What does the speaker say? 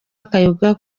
akayoga